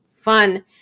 fun